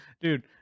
Dude